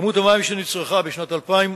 התשתיות הלאומיות ביום י"ז בחשוון התש"ע (4 בנובמבר